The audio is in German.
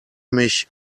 mich